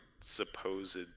supposed